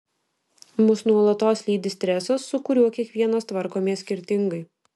mus nuolatos lydi stresas su kuriuo kiekvienas tvarkomės skirtingai